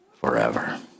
forever